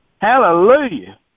Hallelujah